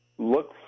Look